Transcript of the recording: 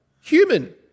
human